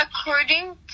according